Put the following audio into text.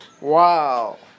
Wow